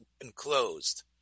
enclosed